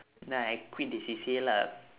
then I quit the C_C_A lah